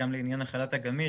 גם לעניין החל"ת הגמיש,